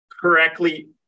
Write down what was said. correctly